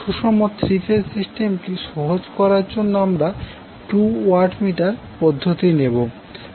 সুষম three phase সিস্টেমটি সহজ করার জন্য আমরা টু ওয়াট মিটার পদ্ধতি নেবো